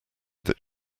that